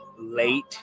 late